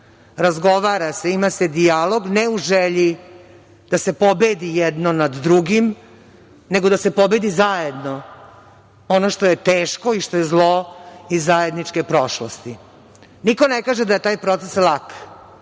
Razgovara se, ima se dijalog, ne u želji da se pobedi jedno nad drugim, nego da se pobedi zajedno ono što je teško i što je zlo iz zajedničke prošlosti. Niko ne kaže da je taj proces lak.